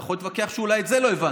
אתה יכול להתווכח שאולי את זה לא הבנתי.